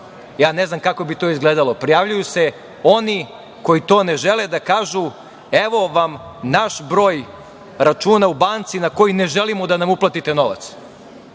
Ja ne znam kako bi to izgledalo. Prijavljuju se oni koji to ne žele da kažu, evo vam naš broj računa u banci na koji ne želimo da nam uplatite novac.